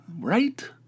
Right